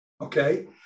Okay